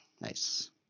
Nice